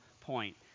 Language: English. point